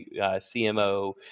CMO